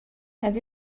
have